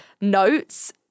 notes